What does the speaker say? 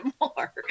more